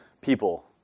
people